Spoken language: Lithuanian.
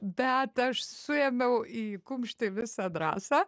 bet aš suėmiau į kumštį visą drąsą